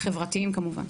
חברתיים כמובן.